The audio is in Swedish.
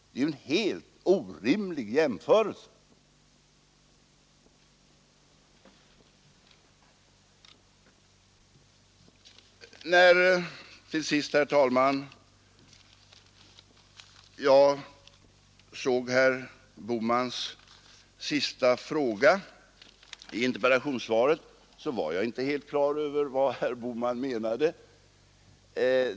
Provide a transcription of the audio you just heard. Det är en helt orimlig När jag såg herr Bohmans sista fråga i interpellationen var jag inte helt på det klara med vad herr Bohman menade.